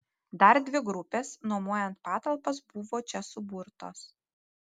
dar dvi grupės nuomojant patalpas buvo čia suburtos